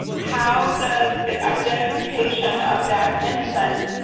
how does the identification of that infant,